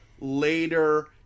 later